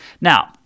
Now